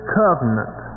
covenant